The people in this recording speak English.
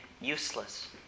useless